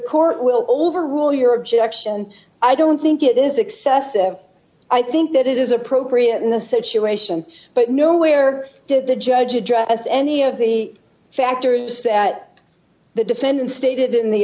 court will overrule your objection i don't think it is excessive i think that it is appropriate in the situation but nowhere did the judge address any of the factors that the defendant stated in the